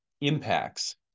impacts